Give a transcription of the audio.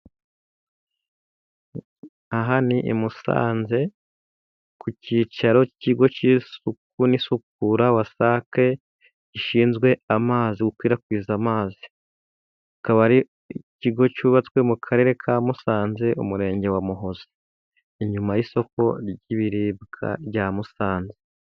Aha ni i Musanze ku cyicaro cy'ikigo cy'isuku n'isukura Wasake, gishinzwe amazi, gukwirakwiza amazi. Akaba ari ikigo cyubatswe mu Karere ka Musanze. Umurenge wa Muhoza, inyuma y'isoko ry'ibiribwa rya Musanze.